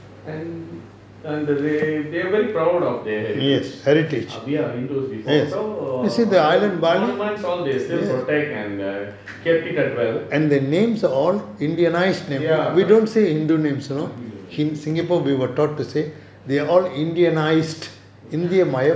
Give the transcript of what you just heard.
and they they are very proud of their heritage we are indonesians before golden mines all they still protect and err kept it well ya